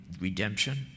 redemption